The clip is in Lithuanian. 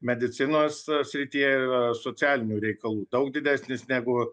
medicinos srityje ir socialinių reikalų daug didesnis negu